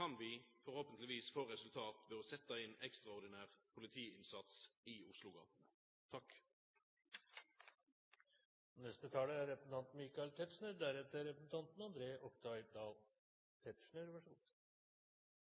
kan vi forhåpentlegvis få resultat ved å ha ekstraordinær politiinnsats i